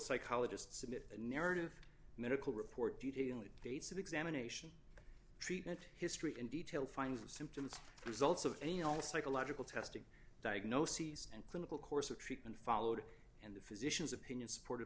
psychologist submit a narrative medical report detailing dates of examination treatment history and detail finds of symptoms results of anal psychological testing diagnoses and clinical course of treatment followed and the physician's opinion supported